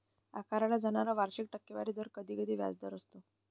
आकारला जाणारा वार्षिक टक्केवारी दर कधीकधी व्याजदर असतो